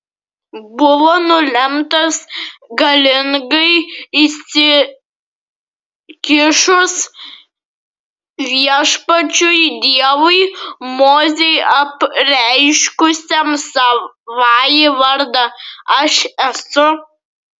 buvo nulemtas galingai įsikišus viešpačiui dievui mozei apreiškusiam savąjį vardą aš esu